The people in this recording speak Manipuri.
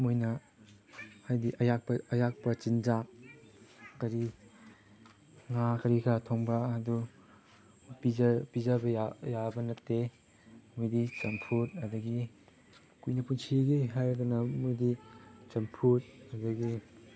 ꯃꯣꯏꯅ ꯍꯥꯏꯗꯤ ꯑꯌꯥꯛꯄ ꯆꯤꯟꯖꯥꯛ ꯀꯔꯤ ꯉꯥ ꯀꯔꯤ ꯀꯔꯥ ꯊꯣꯡꯕ ꯑꯗꯨ ꯄꯤꯖꯕ ꯌꯥꯕ ꯅꯠꯇꯦ ꯃꯣꯏꯗꯤ ꯆꯝꯐꯨꯠ ꯑꯗꯒꯤ ꯀꯨꯏꯅ ꯄꯨꯟꯁꯤꯒꯦ ꯍꯥꯏꯔꯒꯅ ꯃꯣꯏꯗꯤ ꯆꯝꯐꯨꯠ ꯑꯗꯒꯤ